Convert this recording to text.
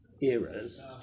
eras